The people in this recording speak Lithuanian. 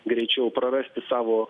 greičiau prarasti savo